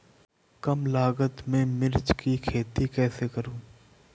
कम लागत में मिर्च की खेती कैसे करूँ?